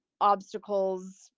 obstacles